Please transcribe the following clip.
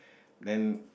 then